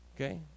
Okay